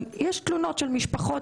אבל יש תלונות של משפחות.